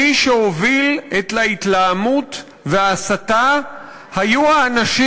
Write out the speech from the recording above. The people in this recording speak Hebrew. מי שהובילו את ההתלהמות וההסתה היו האנשים